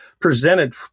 presented